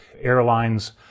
airlines